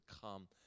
come